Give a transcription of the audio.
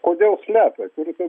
kodėl slepia